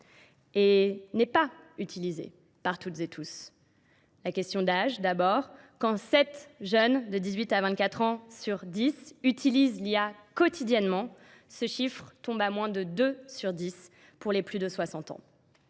Et n'est pas utilisée par toutes et tous. La question d'âge, d'abord, quand 7 jeunes de 18 à 24 ans sur 10 utilisent l'IA quotidiennement, ce chiffre tombe à moins de 2 sur 10 pour les plus de 60 ans.